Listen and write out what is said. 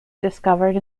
discovered